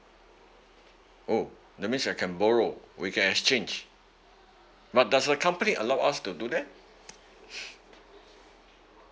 oh that means I can borrow we can exchange but does her company allow us to do that